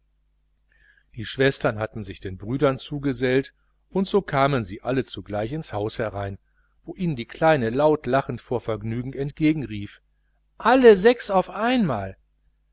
die schwestern hatten sich den brüdern zugesellt und so kamen sie alle zugleich ins haus herein wo ihnen die kleine laut lachend vor vergnügen entgegenrief alle sechs auf einmal